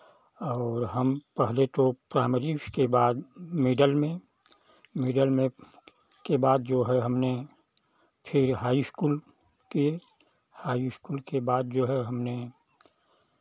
और हम पहले तो प्राइमरी उसके बाद मिडिल में मिडिल में के बाद जो है हमने फिर हाई स्कूल किये हाई स्कूल के बाद जो है हमने